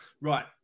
right